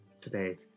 today